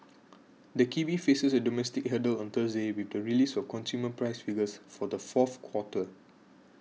the kiwi faces a domestic hurdle on Thursday with the release of consumer price figures for the fourth quarter